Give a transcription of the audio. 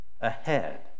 ahead